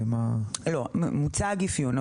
לא, מוצג אפיון.